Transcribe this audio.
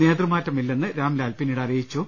നേതൃമാറ്റമില്ലെന്ന് രാംലാൽ പിന്നീട് അറിയിച്ചു